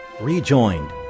Rejoined